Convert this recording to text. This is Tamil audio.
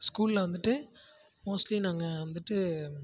ஸ்கூலில் வந்துட்டு மோஸ்ட்லி நாங்கள் வந்துட்டு